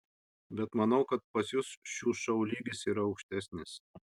bet manau kad pas jus šių šou lygis yra aukštesnis